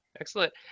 Excellent